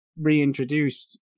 reintroduced